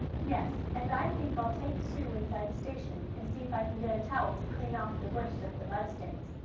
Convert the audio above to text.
yes, and i think i'll take sue inside the station, and see if i can get a towel to clean off the worst of the mud stains,